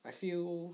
I feel